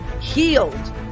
healed